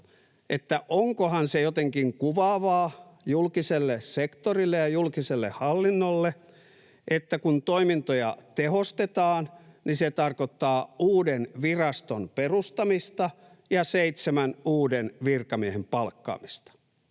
onkohan se jotenkin kuvaavaa julkiselle sektorille ja julkiselle hallinnolle, että kun toimintoja tehostetaan, niin se tarkoittaa uuden viraston perustamista ja seitsemän uuden virkamiehen palkkaamista.